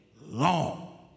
long